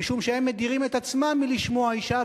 משום שהם מדירים את עצמם מלשמוע אשה,